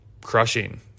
crushing